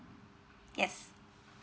yes